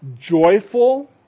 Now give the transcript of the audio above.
joyful